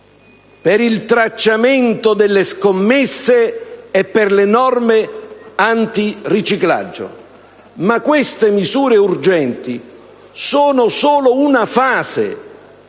per il tracciamento delle scommesse e per le norme antiriciclaggio. Ma queste misure urgenti sono solo una fase.